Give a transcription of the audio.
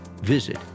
visit